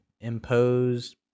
imposed